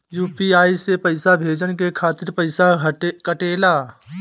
UPI से पइसा भेजने के खातिर पईसा कटेला?